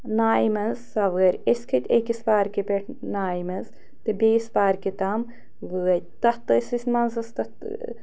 نایہِ منٛز سَوٲرۍ أسۍ کھٔتۍ أکِس پارکہِ پٮ۪ٹھ نایہِ منٛز تہٕ بیٚیِس پارکہِ تام وٲتۍ تَتھ تہٕ ٲسۍ أسۍ تَتھ